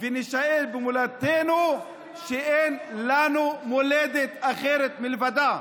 נישאר במולדתנו, שאין לנו מולדת אחרת מלבדה.